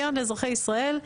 הקרן לאזרחי ישראל,